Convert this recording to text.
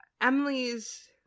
Emily's